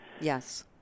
Yes